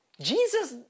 jesus